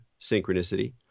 synchronicity